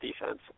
defense